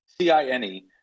C-I-N-E